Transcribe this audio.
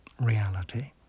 reality